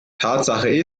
tatsache